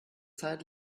zeit